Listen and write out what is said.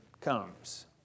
comes